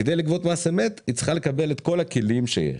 כדי לגבות מס אמת היא צריכה לקבל את כל הכלים שיש.